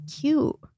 cute